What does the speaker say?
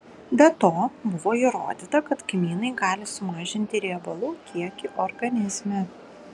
be to buvo įrodyta kad kmynai gali sumažinti riebalų kiekį organizme